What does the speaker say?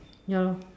ya lor